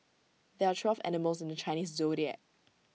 there are twelve animals in the Chinese Zodiac